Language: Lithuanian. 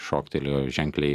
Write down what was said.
šoktelėjo ženkliai